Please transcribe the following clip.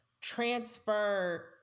transfer